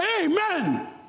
amen